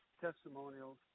testimonials